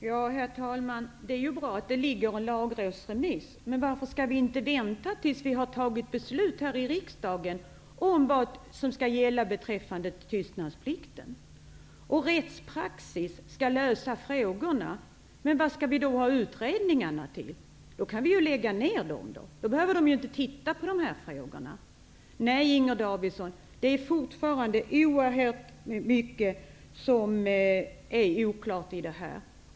Herr talman! Det är ju bra att det finns en lagrådsremiss, men varför kan man inte vänta tills vi fattat beslut här i riksdagen om vad som skall gälla beträffande tystnadsplikten? Rättspraxis skall lösa frågorna -- men vad skall vi då ha utredningarna till? Då kan vi väl lägga ned dem. Nej, Inger Davidson, fortfarande är oerhört mycket oklart.